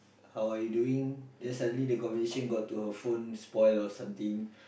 how are you doing then suddenly the conversation got to her phone spoil or something